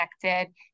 connected